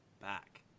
back